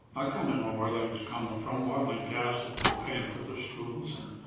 ah kinda know where they was coming from. oil and gas has been paying for their schools and